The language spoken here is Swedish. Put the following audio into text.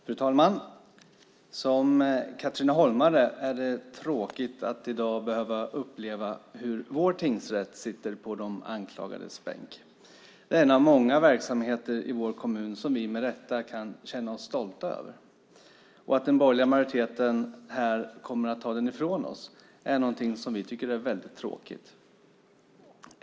Fru talman! Som katrineholmare tycker jag att det är tråkigt att i dag behöva uppleva hur vår tingsrätt sitter på de anklagades bänk. Den är en av många verksamheter i vår kommun som vi med rätta kan känna oss stolta över. Att den borgerliga majoriteten här kommer att ta den ifrån oss är någonting som vi tycker är väldigt tråkigt.